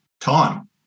time